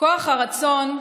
כוח הרצון,